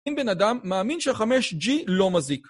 אם בן אדם מאמין שחמש G לא מזיק.